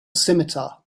scimitar